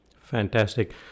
Fantastic